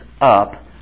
up